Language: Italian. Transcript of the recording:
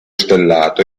stellato